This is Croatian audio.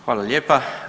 Hvala lijepa.